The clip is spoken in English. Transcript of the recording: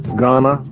Ghana